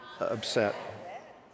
upset